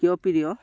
কিয় প্ৰিয়